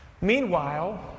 Meanwhile